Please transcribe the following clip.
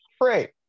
Great